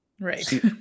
right